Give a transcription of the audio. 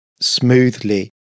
smoothly